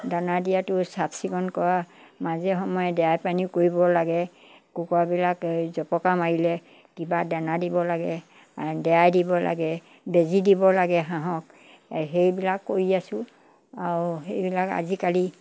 দানা দিয়াতো চাফচিকুণ কৰা মাজে সময়ে দেৱাই পানী কৰিব লাগে কুকুৰাবিলাক এই জপকা মাৰিলে কিবা দানা দিব লাগে দেৱাই দিব লাগে বেজী দিব লাগে হাঁহক সেইবিলাক কৰি আছোঁ আৰু সেইবিলাক আজিকালি